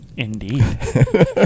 Indeed